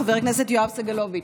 חבר הכנסת יואב סגלוביץ',